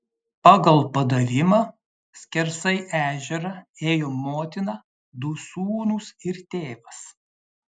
pagal padavimą skersai ežerą ėjo motina du sūnūs ir tėvas